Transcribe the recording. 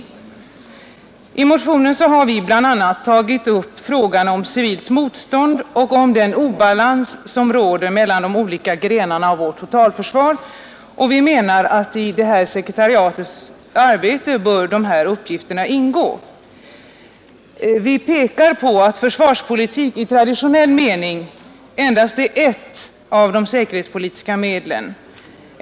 I den motionen har vi bl.a. tagit upp frågan om civilt motstånd och om den obalans som råder mellan de olika grenarna av vårt totalförsvar, och vi menar att dessa uppgifter bör ingå i sekretariatets och beredningens arbete. Vi pekar därvid på att försvarspolitik i traditionell mening är ett av de säkerhetspolitiska medlen.